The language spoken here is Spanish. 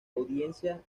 audiencia